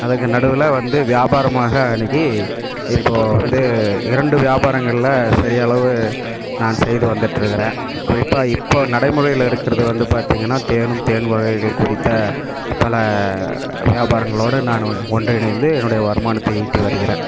அதுக்கு நடுவில் வந்து வியாபாரமாக அன்றைக்கி இப்போது வந்து இரண்டு வியாபாரங்களில் சரி அளவு நான் செய்து வந்துட்டிருக்கிறேன் குறிப்பாக இப்போது நடை முறையில் இருக்கிறது வந்து பார்த்திங்கன்னா தேனும் தேன் வகைகள் குறித்த பல வியாபாரங்களோடு நான் ஒன்றிணைந்து என்னுடைய வருமானத்தை ஈட்டி வருகிறேன்